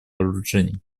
вооружений